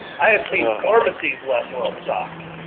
i have seen pharmacies less well-stocked